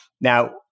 Now